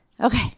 Okay